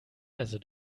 also